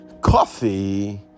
Coffee